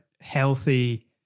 healthy